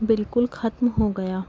بالکل ختم ہوگیا